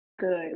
good